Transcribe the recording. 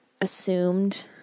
assumed